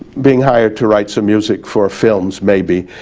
being hired to write some music for films maybe,